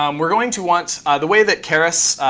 um we're going to want the way that keras